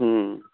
हूँ